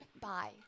Bye